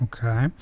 Okay